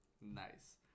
Nice